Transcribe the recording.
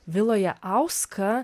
viloje auska